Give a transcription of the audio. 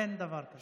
אין דבר כזה.